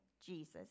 Jesus